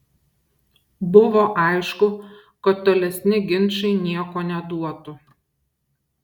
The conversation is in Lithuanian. buvo aišku kad tolesni ginčai nieko neduotų